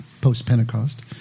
post-Pentecost